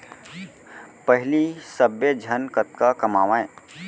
पहिली सब्बे झन कतका कमावयँ